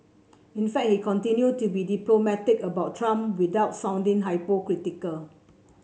in fact he continued to be diplomatic about Trump without sounding hypocritical